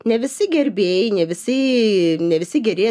ne visi gerbėjai ne visi ne visi geri